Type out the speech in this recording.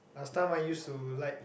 last time I use to like